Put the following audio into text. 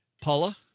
Paula